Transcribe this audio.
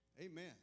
Amen